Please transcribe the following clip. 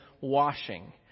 washing